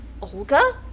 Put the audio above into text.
Olga